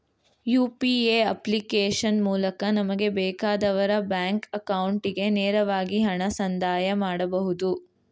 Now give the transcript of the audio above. UPA application ಮೂಲಕ ನಮಗೆ ಬೇಕಾದವರ ಬ್ಯಾಂಕ್ ಅಕೌಂಟಿಗೆ ನೇರವಾಗಿ ಹಣ ಸಂದಾಯ ಮಾಡಬಹುದು